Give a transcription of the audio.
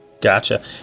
Gotcha